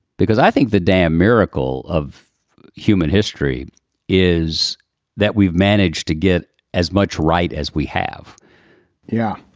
because i think the damn miracle of human history is that we've managed to get as much right as we have yeah.